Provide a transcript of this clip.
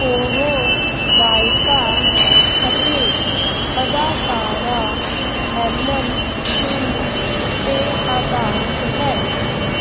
ਉਹ ਗਾਇਕਾ ਅਤੇ ਅਦਾਕਾਰਾ ਹੈਲਨ ਕੇਨ 'ਤੇ ਆਧਾਰਿਤ ਹੈ